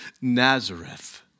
Nazareth